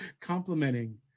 Complimenting